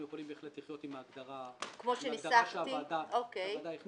אנחנו יכולים בהחלט לחיות עם ההגדרה שהוועדה הכניסה,